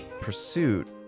pursuit